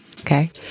Okay